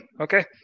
Okay